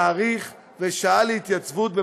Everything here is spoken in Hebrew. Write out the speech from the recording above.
תאריך ושעה להתייצבות,